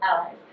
allies